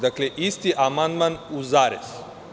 Dakle, isti amandman u zarez.